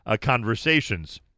conversations